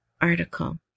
article